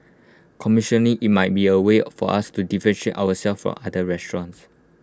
commercially IT might be A way for us to deficient ourselves from other restaurants